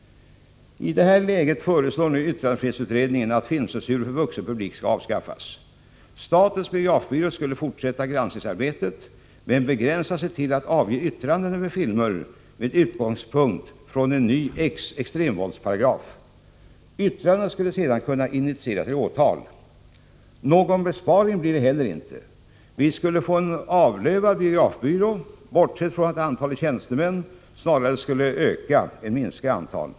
I detta läge föreslår nu yttrandefrihetsutredningen att filmcensuren för vuxen publik skall avskaffas. Statens biografbyrå skulle fortsätta granskningsarbetet men begränsa sig till att avge yttranden över filmer med utgångspunkt i en ny extremvåldsparagraf. Yttrandena skulle sedan kunna initiera till åtal. Någon besparing blir det inte. Vi skulle få en avlövad biografbyrå, bortsett från att antalet tjänstemän snarare skulle komma att öka.